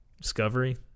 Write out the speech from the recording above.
Discovery